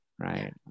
Right